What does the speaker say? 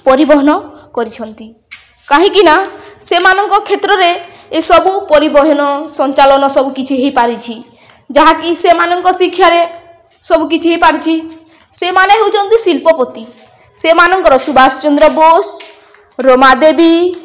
ପରିବହନ କରିଛନ୍ତି କାହିଁକିନା ସେମାନଙ୍କ କ୍ଷେତ୍ରରେ ଏସବୁ ପରିବହନ ସଞ୍ଚାଳନ ସବୁ କିଛି ହେଇପାରିଛି ଯାହାକି ସେମାନଙ୍କ ଶିକ୍ଷାରେ ସବୁ କିଛି ହେଇପାରୁଛି ସେମାନେ ହେଉଛନ୍ତି ଶିଳ୍ପପତି ସେମାନଙ୍କର ସୁବାଷ ଚନ୍ଦ୍ର ବୋଷ୍ ରମାଦେବୀ